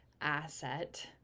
asset